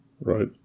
Right